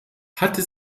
hatte